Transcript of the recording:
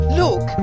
look